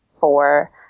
four